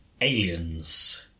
aliens